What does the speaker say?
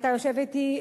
אתה יושב אתי,